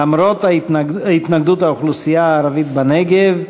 למרות התנגדות האוכלוסייה הערבית בנגב.